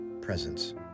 Presence